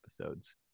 episodes